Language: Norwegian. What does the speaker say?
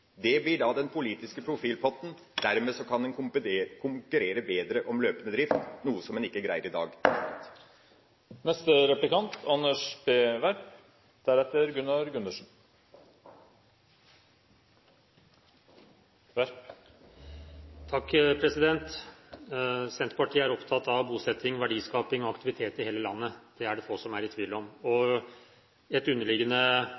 dermed blir til rest, blir den politiske profilpotten. Dermed kan en konkurrere bedre om løpende drift, noe som en ikke greier i dag. Senterpartiet er opptatt av bosetting, verdiskaping og aktivitet i hele landet, det er det få som er i tvil om. Et underliggende